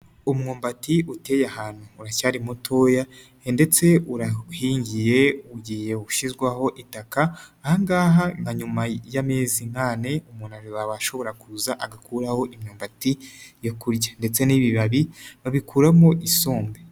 Umwumbati uteye ahantu uraracyari mutoya ndetse urahingiye ugiye ushyirwaho itaka, ahangaha na nyuma y'amezi nk'ane umuntu aba ashobora kuza agakuraho imyumbati yo kurya ndetse n'ibibabi babikuramo isombe.